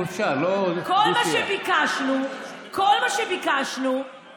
כל מה שביקשנו זה,